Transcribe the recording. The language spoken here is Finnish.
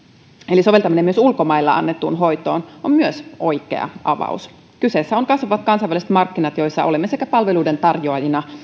eli soveltaminen myös ulkomailla annettuun hoitoon on myös oikea avaus kyseessä ovat kasvavat kansainväliset markkinat joilla olemme sekä palveluiden tarjoajina